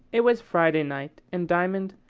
it was friday night, and diamond,